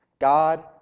God